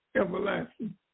everlasting